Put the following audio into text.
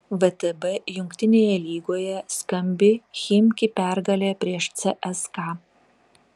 vtb jungtinėje lygoje skambi chimki pergalė prieš cska